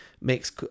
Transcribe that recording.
makes